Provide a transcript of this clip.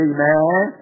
Amen